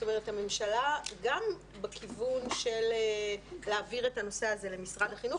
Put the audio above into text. זאת אומרת הממשלה גם בכיוון של להעביר את הנושא הזה למשרד החינוך,